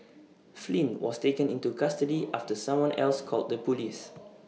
Flynn was taken into custody after someone else called the Police